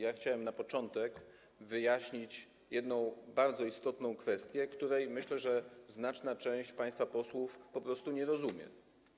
Ja chciałem na początku wyjaśnić jedną bardzo istotną kwestię, której, jak myślę, znaczna część państwa posłów po prostu nie rozumie.